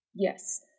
Yes